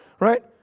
Right